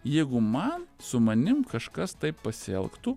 jeigu man su manim kažkas taip pasielgtų